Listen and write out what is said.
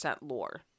lore